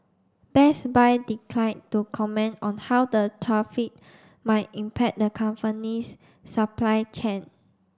Best Buy declined to comment on how the might impact the company's supply chain